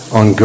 on